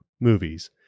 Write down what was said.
movies